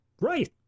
right